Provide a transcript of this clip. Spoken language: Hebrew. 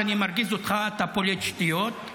אחרי מה שאמרת לי בוועדה, הייתי שותק.